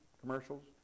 commercials